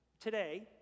today